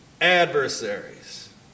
Adversaries